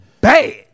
bad